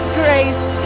grace